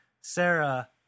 Sarah